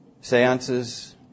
seances